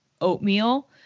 oatmeal